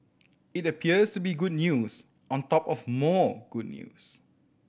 it appears to be good news on top of more good news